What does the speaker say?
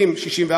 20 64,